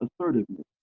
assertiveness